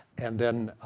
and then,